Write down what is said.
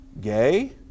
gay